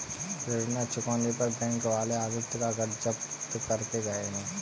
ऋण ना चुकाने पर बैंक वाले आदित्य का घर जब्त करके गए हैं